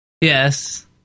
Yes